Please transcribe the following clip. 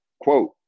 Quote